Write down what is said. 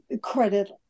credit